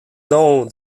noms